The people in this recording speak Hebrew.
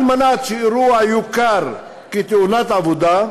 על מנת שאירוע יוכר כתאונת עבודה,